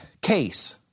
case